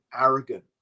arrogant